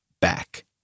back